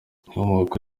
inkomoko